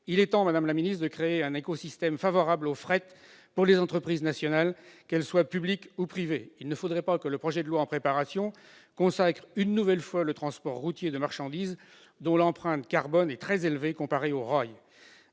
il est temps, madame la secrétaire d'État, de créer un écosystème favorable au fret pour les entreprises nationales, qu'elles soient publiques ou privées. Il ne faudrait pas que le projet de loi en préparation consacre une nouvelle fois le transport routier de marchandises, dont l'empreinte carbone est très élevée comparée au rail.